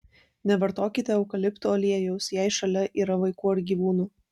nevartokite eukalipto aliejaus jei šalia yra vaikų ar gyvūnų